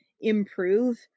improve